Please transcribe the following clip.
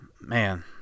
man